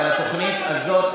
אבל התוכנית הזאת,